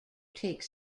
take